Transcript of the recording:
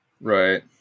Right